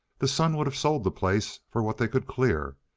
the son would have sold the place for what they could clear.